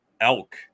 elk